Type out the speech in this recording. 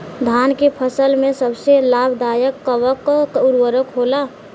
धान के फसल में सबसे लाभ दायक कवन उर्वरक होला?